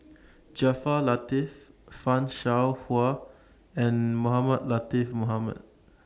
Jaafar Latiff fan Shao Hua and Mohamed Latiff Mohamed